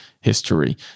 history